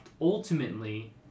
ultimately